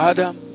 Adam